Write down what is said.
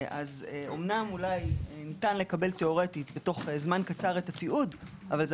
אולי אומנם ניתן לקבל תיאורטית תוך זמן קצר את התיעוד אבל זה